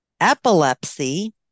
epilepsy